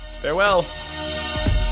farewell